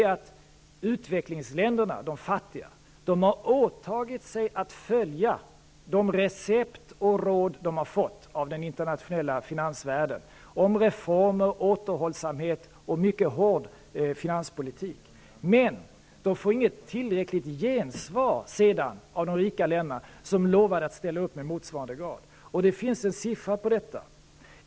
De fattiga utvecklingsländerna har åtagit sig att följa de recept och råd de har fått av den internationella finansvärlden om reformer och återhållsamhet och en mycket hård finanspolitik. Men de får sedan inte tillräckligt gensvar från de rika länder som lovade att ställa upp i motsvarande grad. Det finns en siffra på detta.